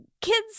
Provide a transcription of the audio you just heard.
kids